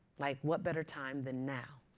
like, what better time than now?